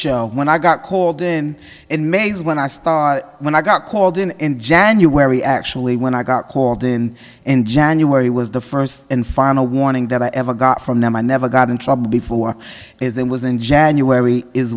show when i got called in and mase when i started when i got called in january actually when i got called in in january was the first and final warning that i ever got from them i never got in trouble before it was in january is